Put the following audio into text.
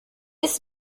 ist